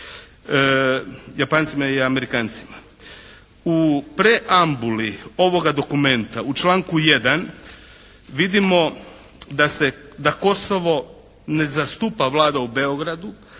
Japancima i Amerikancima. U preambuli ovoga dokumenta u članku 1. vidimo da se, da Kosovo ne zastupa Vlada u Beogradu